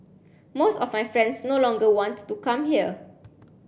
most of my friends no longer want to come here